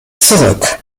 zurück